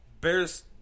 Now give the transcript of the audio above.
Bears